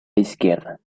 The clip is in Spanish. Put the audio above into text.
izquierda